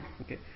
Okay